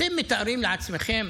אתם מתארים לעצמכם